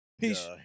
Peace